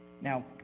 Now